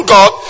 God